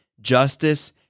justice